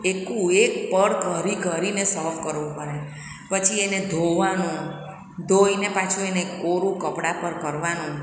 એકું એક પળ કરી કરીને સાફ કરવું પળે પછી એને ધોવાનું ધોઈને પાછું એને કોરું કપડા પર કરવાનું